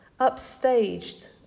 upstaged